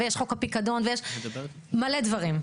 ויש חוק הפיקדון ויש מלא דברים.